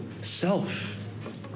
self